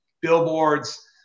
billboards